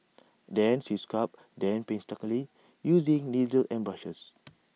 then she sculpts them painstakingly using needles and brushes